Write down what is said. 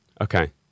okay